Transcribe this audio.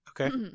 Okay